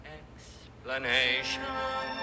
explanation